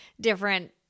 different